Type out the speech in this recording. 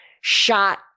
shot